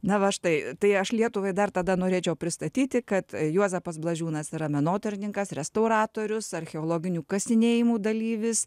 na va štai tai aš lietuvai dar tada norėčiau pristatyti kad juozapas blažiūnas yra menotyrininkas restauratorius archeologinių kasinėjimų dalyvis